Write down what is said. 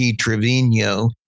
Trevino